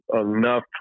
enough